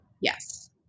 Yes